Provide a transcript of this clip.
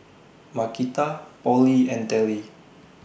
Markita Polly and Telly